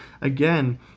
again